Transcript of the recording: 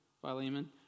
Philemon